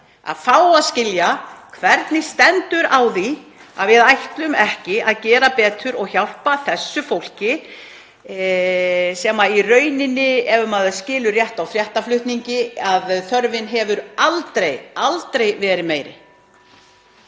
að fá að skilja hvernig stendur á því að við ætlum ekki að gera betur og hjálpa þessu fólki. Ef maður skilur rétt á fréttaflutningi hefur þörfin í rauninni aldrei verið meiri.